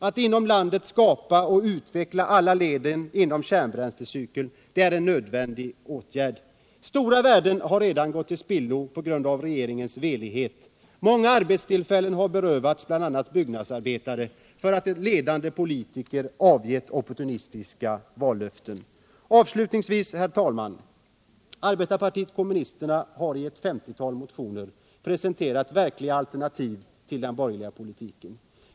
Att inom landet skapa och utveckla alla leden inom kärnbränslecykeln är en nödvändig åtgärd. Stora värden har redan gått till spillo på grund av regeringens velighet och många arbetstillfällen har berövats bl.a. byggnadsarbetare för att ledande politiker avgett opportunistiska vallöften. Avslutningsvis, herr talman: arbetarpartiet kommunisterna har i ett femtiotal motioner presenterat verkliga alternativ till den borgerliga politiken.